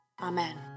Amen